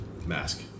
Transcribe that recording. Mask